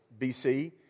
BC